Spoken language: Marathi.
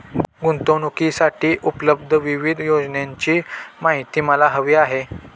गुंतवणूकीसाठी उपलब्ध विविध योजनांची माहिती मला हवी आहे